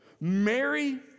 Mary